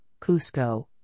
Cusco